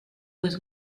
was